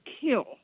kill